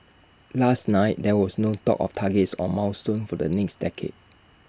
last night there was no talk of targets or milestones for the next decade